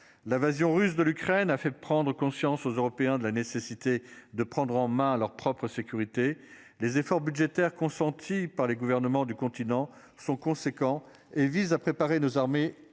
L'invasion russe de l'Ukraine a fait prendre conscience aux Européens de la nécessité de prendre en main leur propre sécurité. Les efforts budgétaires consentis par les gouvernements du continent sont conséquents et vise à préparer nos armées